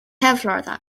that